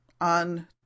on